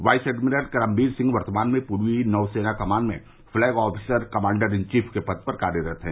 vice admiral Karambir Singh वर्तमान में पूर्वी नौ सेना कमान में flag officer commander in chief के पद पर कार्यरत है